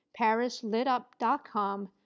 parislitup.com